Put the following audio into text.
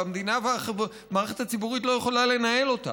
והמדינה והמערכת הציבורית לא יכולה לנהל אותה.